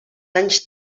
anys